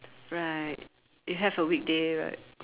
right it have a weekday right